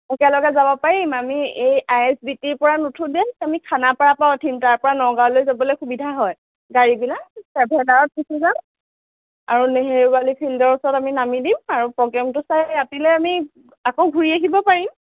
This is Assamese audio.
একেলগে যাব পাৰিম আমি এই আই এচ বি টিৰ পৰা নুঠোঁ দে আমি খানাপাৰাৰ পৰা উঠিম তাৰপৰা নগাঁৱলৈ যাবলৈ সুবিধা হয় গাড়ীবিলাক ট্ৰেভেলাৰত উঠি যাম আৰু নেহেৰুবালি ফিল্ডৰ ওচৰত আমি নামি দিম আৰু প্ৰগ্ৰেমটো চাই ৰাতিলৈ আমি আকৌ ঘূৰি আহিব পাৰিম